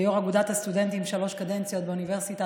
כיו"ר אגודת הסטודנטים שלוש קדנציות באוניברסיטת